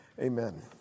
Amen